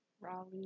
Raleigh